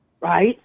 right